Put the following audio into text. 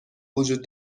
وجود